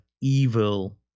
evil